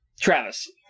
Travis